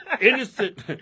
innocent